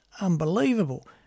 unbelievable